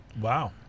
Wow